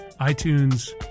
iTunes